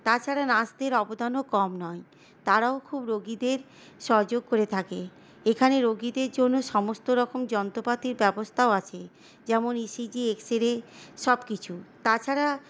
তাছাড়া নার্সদের অবদানও কম নয় তারাও খুব রোগীদের সহযোগ করে থাকে এখানে রোগীদের জন্য সমস্ত রকম যন্ত্রপাতির ব্যবস্থাও আছে যেমন ইসিজি এক্স রে সবকিছু তাছাড়া